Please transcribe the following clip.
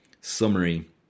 summary